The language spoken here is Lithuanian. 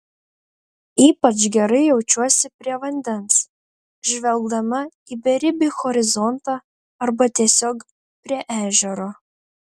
ypač gerai jaučiuosi prie vandens žvelgdama į beribį horizontą arba tiesiog prie ežero